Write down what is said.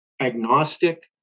agnostic